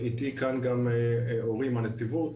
איתי כאן גם אורי מהנציבות,